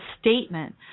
statement